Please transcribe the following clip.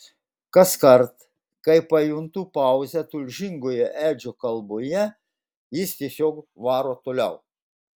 kaskart kai pajuntu pauzę tulžingoje edžio kalboje jis tiesiog varo toliau